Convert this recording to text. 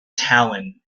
talon